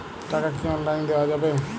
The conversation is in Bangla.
টাকা কি অনলাইনে দেওয়া যাবে?